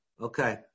Okay